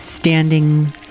Standing